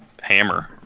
hammer